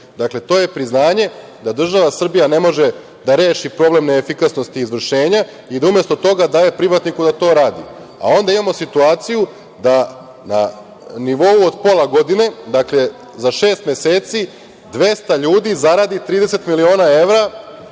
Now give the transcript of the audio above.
Srbiju. To je priznanje da država Srbija ne može da reši problem neefikasnosti izvršenja i da umesto toga daje privatniku da to radi. A, onda imamo situaciju da na nivou od pola godine, dakle, za šest meseci 200 ljudi zaradi 30 miliona evra